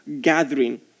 gathering